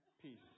Peace